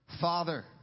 Father